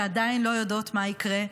שעדיין לא יודעות מה יקרה,